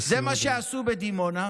זה מה שעשו בדימונה,